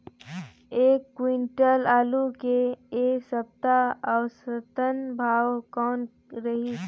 एक क्विंटल आलू के ऐ सप्ता औसतन भाव कौन रहिस?